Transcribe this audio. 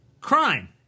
crime